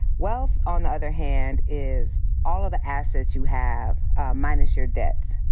wealth, on the other hand, is all of the assets you have minus your debts.